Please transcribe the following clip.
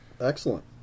Excellent